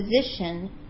position